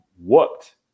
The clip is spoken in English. whooped